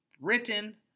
Britain